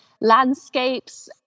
landscapes